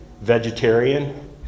vegetarian